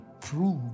prove